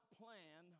plan